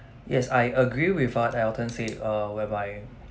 yes I agree with what elton said err whereby